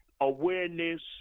awareness